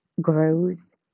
grows